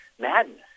madness